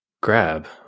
grab